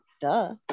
duh